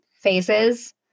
phases